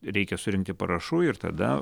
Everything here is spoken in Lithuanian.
reikia surinkti parašų ir tada